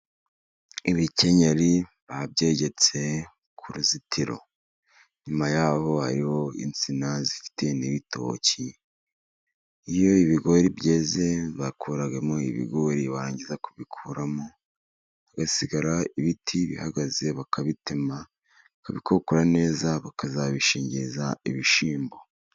Ibikenyeri babyegetse ku ruzitiro, inyuma yaho hari insina zifite n'ibitoki. Iyo ibigori byeze bakuramo ibigori barangiza kubikuramo hagasigara ibiti bihagaze, bakabitema bakabikokora neza bakazabishingiriza ibishyimbo.